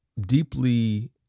deeply